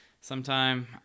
sometime